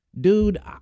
Dude